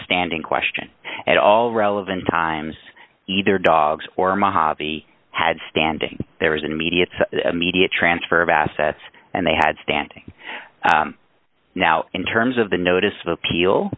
standing question at all relevant times either dogs or my hobby had standing there was an immediate immediate transfer of assets and they had standing now in terms of the notice of appeal